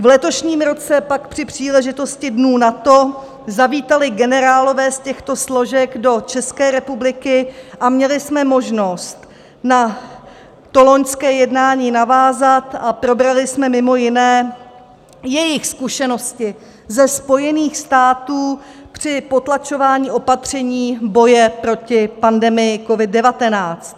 V letošním roce pak při příležitosti dnů NATO zavítali generálové z těchto složek do České republiky a měli jsme možnost na to loňské jednání navázat a probrali jsme mimo jiné jejich zkušenosti ze Spojených států při potlačování (?) opatření boje proti pandemii COVID19.